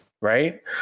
Right